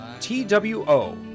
T-W-O